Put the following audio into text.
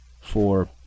For